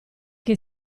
che